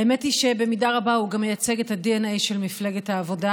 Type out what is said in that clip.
האמת היא שבמידה רבה הוא מייצג גם את הדנ"א של מפלגת העבודה,